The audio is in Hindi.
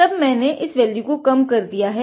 टाब मैंने इस वैल्यू को काम कर दिया है